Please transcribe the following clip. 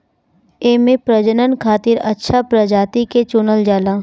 एमे प्रजनन खातिर अच्छा प्रजाति के चुनल जाला